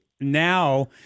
now